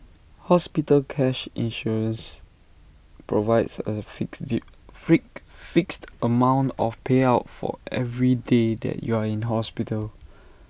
hospital cash insurance provides A fix freak fixed amount of payout for every day that you are in hospital